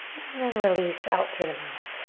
and then release out through the mouth.